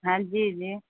ہاں جی جی